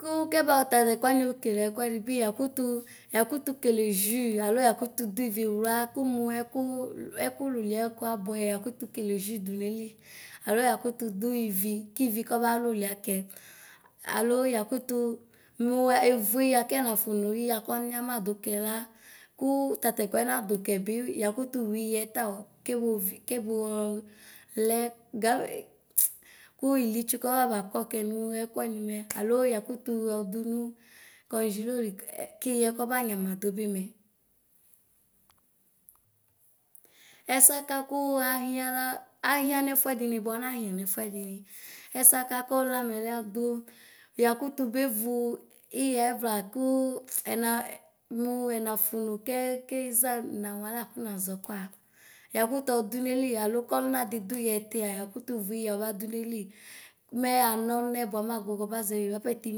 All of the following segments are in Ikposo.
Ku kɛbayɔ tatɔkuani o kele ɛkuɛdi bi ha kutu kele zuu alo yakutu duuviwla, kumu kumuɛkulu ɛkululuia aɛku abueyɛ yakutu kele zui du naili. Alo yakutu du ivi kivi kɔba luluia kɛ, alo ya kutuu nu evuiɣa kɛnafunu iɣa kɔnyama du kɛla kuu tatɛkuɛ nadukɛ bi yakutu wuɩɣɛ tao kebofi kɛbɔɔ lɛ gamɛ ku ilitsu kɔvabakɔ kɛ muu ɛkuani mɛ, aloo yakutu yɔdunuu kɔŋzelo liɛɛ kɩɣɛ kɔba nyamadu bimɛ. Ɛsɛa ka kuɛ ahiala ahia nɛfuɛdinu bua anɛhia nɛfuɛdinu. Ɛsɛaka kɔlɛamɛ la du yakutu bevu iɣevla ku ɛna muu ɛnaƒunu kɛ keʒa na mualɛ kunaʒɔ koa yakutu ɔdu neli, alo kɔluna diduyɛ tia yekutu vuɩɣa badu neli, mɛ anɔlunɛ bamagbugbɔ baʒɛvi bapɛ tu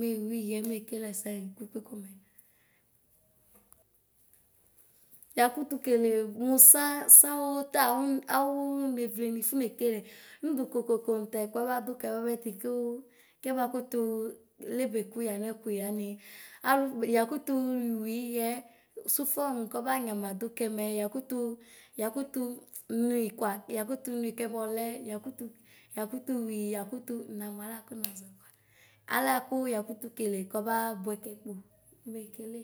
mawɩɣɛ mekelɛsɛ di kpekpe komɛ. Yakutu kelee mu sasauda awu awu nevleni fonekele. Ndu kokoko ntatɛ kua badukɛ bapɛ ti buu kɛbakutuu elebeku yanɛ kuyɛani. Alu yakutuu wuɩɣɛ sufɔn kɔbanyamadu kɛ mɛ, yakutu yakutu nui koa yakutunui kɛbɔlɛ. Yakutu yakutuwui yakutu namualɛ kunaʒɔ koa. Alɛaku yakutu kele kɔbaa buɛkɛ ko mekele.